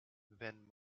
wenn